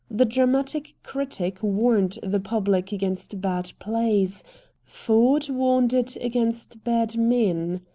the dramatic critic warned the public against bad plays ford warned it against bad men.